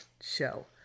show